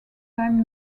time